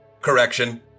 Correction